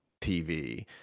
TV